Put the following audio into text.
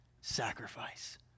sacrifice